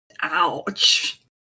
Ouch